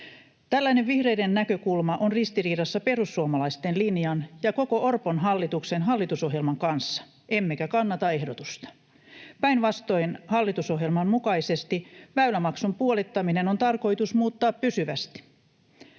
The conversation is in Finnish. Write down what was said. Tällainen vihreiden näkökulma on ristiriidassa perussuomalaisten linjan ja koko Orpon hallituksen hallitusohjelman kanssa, emmekä kannata ehdotusta. Päinvastoin hallitusohjelman mukaisesti väylämaksun puolittaminen on tarkoitus muuttaa pysyvästi.